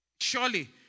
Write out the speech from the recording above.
surely